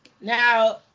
Now